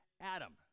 Adam